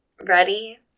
ready